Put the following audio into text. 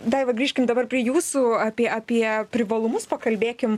daiva grįžkim dabar prie jūsų apie apie privalumus pakalbėkim